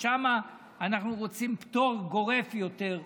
ששם אנחנו רוצים פטור גורף יותר,